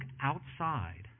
outside